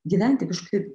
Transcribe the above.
gyventi kažkokioj